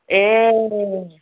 ए